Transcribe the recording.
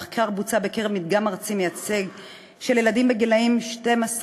המחקר בוצע בקרב מדגם ארצי מייצג של ילדים בגיל 12,